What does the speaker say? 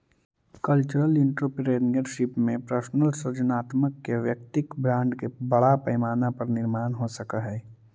cultural entrepreneurship में personal सृजनात्मकता के वैयक्तिक ब्रांड के बड़ा पैमाना पर निर्माण हो सकऽ हई